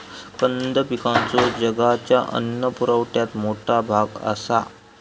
कंद पिकांचो जगाच्या अन्न पुरवठ्यात मोठा भाग आसा